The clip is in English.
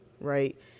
Right